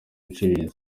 iciriritse